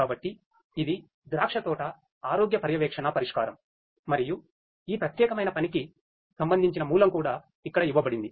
కాబట్టి ఇది ద్రాక్షతోట ఆరోగ్య పర్యవేక్షణ పరిష్కారం మరియు ఈ ప్రత్యేకమైన పనికి సంబంధించిన మూలం కూడా ఇక్కడ ఇవ్వబడింది